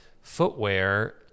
footwear